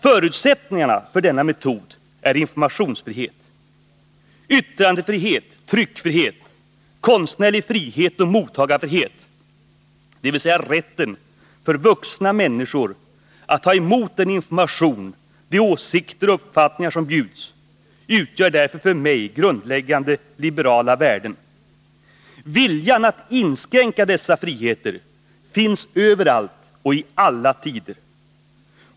Förutsättningen för denna metod är informationsfrihet. Yttrandefrihet, tryckfrihet, konstnärlig frihet och mottagarfrihet — dvs. rätten för vuxna personer att ta emot den information, de åsikter och uppfattningar som bjuds —- utgör därför för mig grundläggande liberala värden. Viljan att inskränka dessa friheter finns överallt och i alla tider.